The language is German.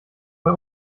bei